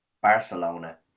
Barcelona